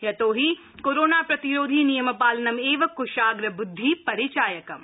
यतोहि कोरोना प्रतिरोधी नियमपालनमेव कुशाग्रबुद्धि परिचायकम्